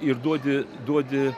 ir duodi duodi